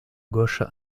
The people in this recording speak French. gauche